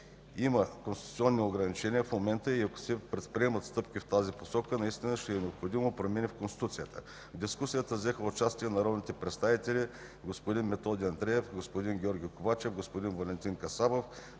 Има конституционни ограничения в момента и ако се предприемат стъпки в тази посока, наистина ще са необходими промени в Конституцията. В дискусията взеха участие народните представители господин Методи Андреев, господин Георги Ковачев, господин Валентин Касабов,